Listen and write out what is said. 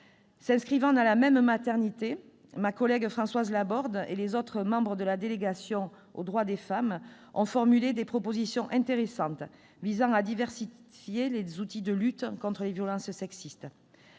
S'inscrivant dans la même « maternité », ma collègue Françoise Laborde et les autres membres de la délégation aux droits des femmes ont formulé des propositions intéressantes visant à diversifier les outils de lutte contre les violences sexistes.